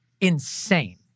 insane